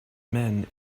men